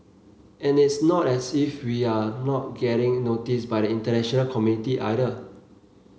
and it's not as if we're not getting noticed by the international community either